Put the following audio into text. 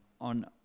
on